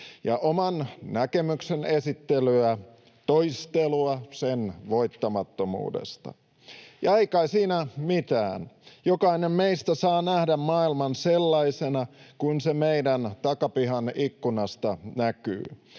ja oman näkemyksen esittelyä, toistelua sen voittamattomuudesta. Ja ei kai siinä mitään, jokainen meistä saa nähdä maailman sellaisena kuin se meidän takapihan ikkunasta näkyy.